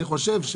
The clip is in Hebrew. אני חושב,